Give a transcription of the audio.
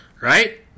Right